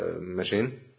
machine